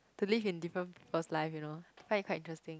to live in different people's life you know quite interesting